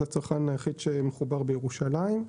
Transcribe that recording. זה הצרכן היחיד שמחובר בירושלים.